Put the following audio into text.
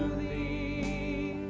the